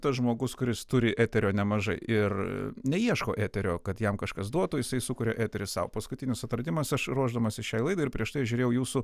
tas žmogus kuris turi eterio nemažai ir neieško eterio kad jam kažkas duotų jisai sukuria eterį sau paskutinis atradimas aš ruošdamasis šiai laidai ir prieš tai žiūrėjau jūsų